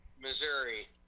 Missouri